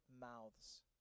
mouths